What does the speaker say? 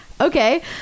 okay